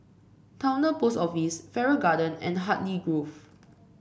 Towner Post Office Farrer Garden and Hartley Grove